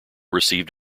received